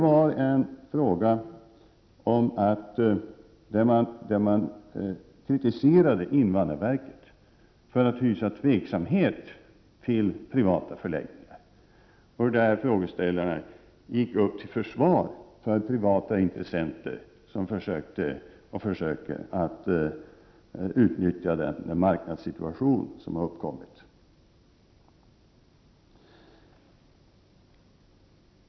I den frågan kritiserades invandrarverket för att hysa tveksamhet till privata förläggningar. Frågeställaren försvarade privata intressenter som försökte och försöker utnyttja den marknadssituation som har uppkommit.